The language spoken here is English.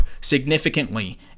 significantly